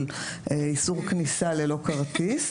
של איסור כניסה ללא כרטיס.